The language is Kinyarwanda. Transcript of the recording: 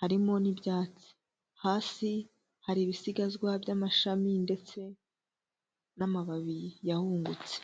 harimo n'ibyatsi. Hasi hari ibisigazwa by'amashami ndetse n'amababi yahungutse.